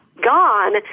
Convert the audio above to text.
gone